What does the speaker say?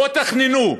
בואו תתכננו,